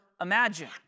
imagine